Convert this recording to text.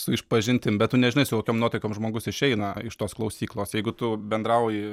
su išpažintim bet tu nežinai su kokiom nuotaikom žmogus išeina iš tos klausyklos jeigu tu bendrauji